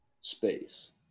space